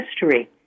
history